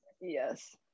Yes